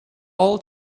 all